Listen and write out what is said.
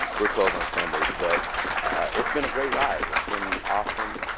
we're closed on sundays. but it's been a great ride. it's been awesome.